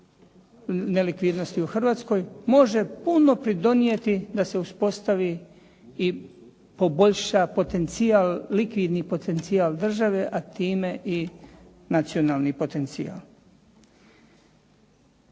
nelikvidnosti u Hrvatskoj može puno pridonijeti da se uspostavi i poboljša likvidni potencijal države a time i nacionalni potencijal.